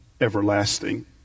everlasting